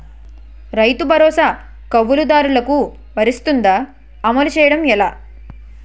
రైతు భరోసా కవులుదారులకు వర్తిస్తుందా? అమలు చేయడం ఎలా